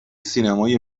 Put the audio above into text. سینمای